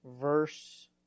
verse